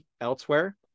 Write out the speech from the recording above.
elsewhere